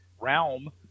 realm